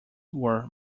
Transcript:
were